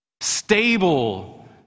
stable